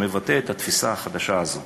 והוא מבטא את התפיסה החדשה הזאת.